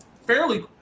fairly